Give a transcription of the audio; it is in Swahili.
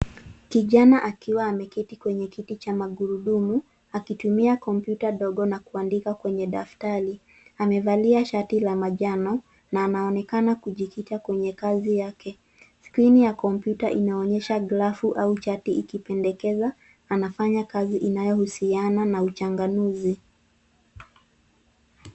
Kijana akiwa ameketi kwenye kiti cha magurudumu, akitumia kompyuta dogo na kuandika kwenye daftari. Amevalia shati la manjano na anaonekana kujikita kwenye kazi yake. Skrini ya kompyuta inaonyesha grafu au chati ikipendekeza anafanya kazi inayohusiana na uchanganuzi.